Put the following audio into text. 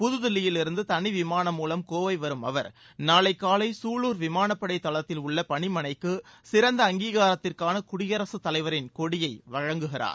புதுதில்லியிலிருந்து தனி விமானம் மூலம் கோவை வரும் அவர் நாளை காலை சூளுர் விமானப்படை தளத்தில் உள்ள பணிமனைக்கு சிறந்த அங்கீகாரத்திற்கான குடியரசு தலைவரின் கொடியை வழங்குகிறார்